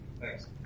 Thanks